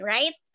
Right